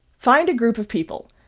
find a group of people,